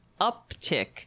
uptick